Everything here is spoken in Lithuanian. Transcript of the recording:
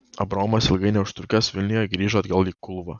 abraomas ilgai neužtrukęs vilniuje grįžo atgal į kulvą